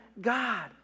God